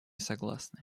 согласны